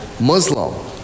Muslim